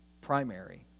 primary